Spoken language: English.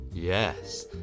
Yes